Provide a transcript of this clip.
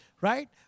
right